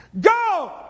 Go